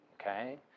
Okay